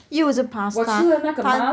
又是 pasta pan~